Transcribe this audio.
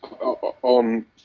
on